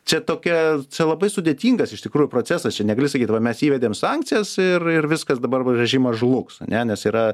čia tokia čia labai sudėtingas iš tikrųjų procesas negali sakyt va mes įvedėm sankcijas ir ir viskas dabar režimas žlugs ane nes yra